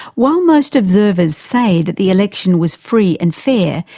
while most observers say that the election was free and fair,